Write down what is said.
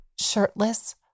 shirtless